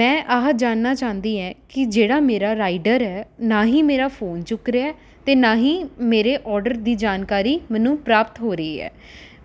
ਮੈਂ ਆਹ ਜਾਣਨਾ ਚਾਹੁੰਦੀ ਹੈ ਕਿ ਜਿਹੜਾ ਮੇਰਾ ਰਾਈਡਰ ਹੈ ਨਾ ਹੀ ਮੇਰਾ ਫੋਨ ਚੁੱਕ ਰਿਹਾ ਅਤੇ ਨਾ ਹੀ ਮੇਰੇ ਔਡਰ ਦੀ ਜਾਣਕਾਰੀ ਮੈਨੂੰ ਪ੍ਰਾਪਤ ਹੋ ਰਹੀ ਹੈ